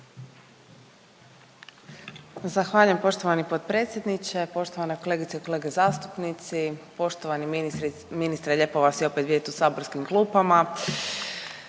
Zahvaljujem poštovani potpredsjedniče. Poštovane kolegice i kolege zastupnici, poštovani ministre lijepo vas je opet vidjeti u saborskim klupama.